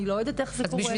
אני לא יודעת איך זה קורה.